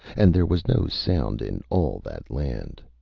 and there was no sound in all that land.